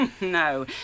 No